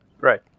Right